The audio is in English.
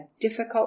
difficult